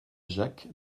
jacques